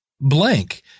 blank